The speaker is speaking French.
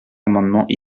amendements